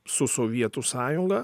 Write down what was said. su sovietų sąjunga